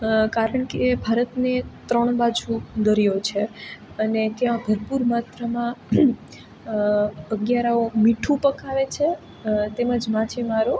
કારણકે ભારતને ત્રણ બાજુ દરિયો છે અને ત્યાં ભરપૂર માત્રામાં અગિયારાઓ મીઠું પકાવે છે તેમજ માછીમારો